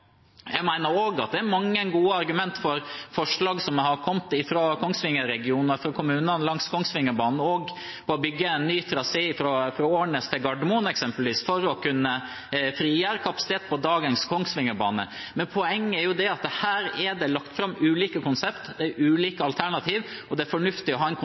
jeg mener det er mange gode argumenter for Kongsvingerbanen. Jeg mener også at det har kommet mange gode forslag fra Kongsvinger-regionen og fra kommunene langs Kongsvingerbanen, eksempelvis om å bygge en ny trasé fra Årnes til Gardermoen for å kunne frigjøre kapasitet på dagens Kongsvingerbane. Men poenget er at her er det lagt fram ulike konsepter, ulike alternativer, og det er fornuftig å ha en